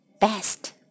best